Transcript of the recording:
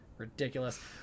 ridiculous